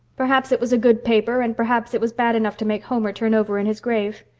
perhaps it was a good paper and perhaps it was bad enough to make homer turn over in his grave.